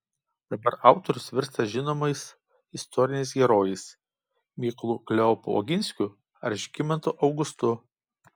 dabar autorius virsta žinomais istoriniais herojais mykolu kleopu oginskiu ar žygimantu augustu